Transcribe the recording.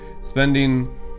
spending